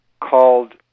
called